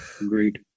Agreed